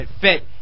fit